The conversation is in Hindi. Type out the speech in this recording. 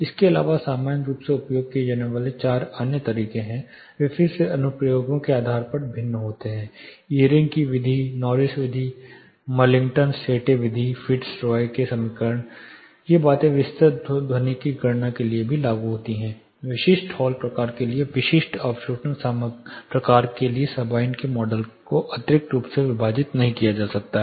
इसके अलावा सामान्य रूप से उपयोग किए जाने वाले चार अन्य तरीके हैं वे फिर से अनुप्रयोगों के आधार पर भिन्न होते हैं इयरिंग की विधि नॉरिस विधि मिलिंगटन सेटे विधि फिट्ज रॉय के समीकरण ये बातें विस्तृत ध्वनिक गणना के लिए भी लागू होती हैं विशिष्ट हॉल प्रकार के लिए विशिष्ट अवशोषण प्रकार के लिए सबाइन के मॉडल को अतिरिक्त रूप से विभाजित नहीं किया जा सकता है